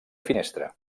finestra